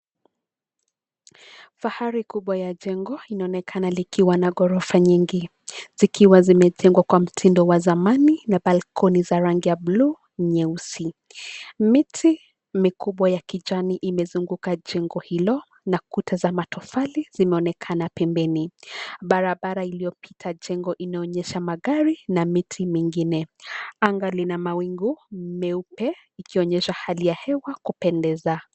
Fahari kubwa ya jengo inaonekana likiwa na ghorofa nyingi, zikiwa zimejengwa kwa mtindo wa zamani na balkoni za rangi ya bluu nyeusi. Miti mikubwa ya kijani imezunguka jengo hilo na kuta za matofali zimeonekana pembeni. Barabara iliyopita jengo inaonyesha magari na miti mingine. Anga lina mawingu meupe ikionyesha hali ya hewa kupendeza.